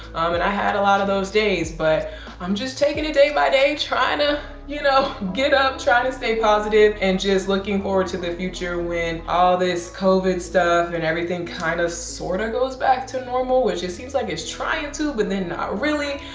and i had a lot of those days. but i'm just taking it day by day, day, trying to, you know, get up, trying to stay positive, and just looking forward to the future when all this covid stuff and everything kind of sorta goes back to normal which it seems like it's trying to, but then not really.